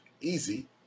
easy